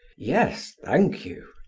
yes, thank you.